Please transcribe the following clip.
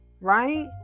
right